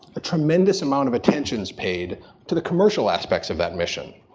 a tremendous amount of attention is paid to the commercial aspects of that mission.